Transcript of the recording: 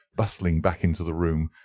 bustling back into the room,